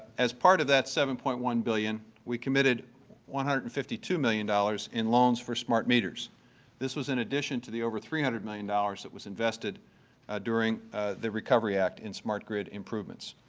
as part of that seven point one billion, we committed one hundred and fifty two million dollars in loans for smartmeters. this was in addition to the over three hundred million dollars that was invested during the recovery act in smart grid improvements.